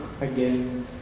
again